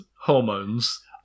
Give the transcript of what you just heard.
hormones